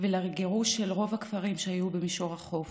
ולגירוש של רוב הכפרים שהיו במישור החוף.